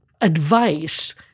advice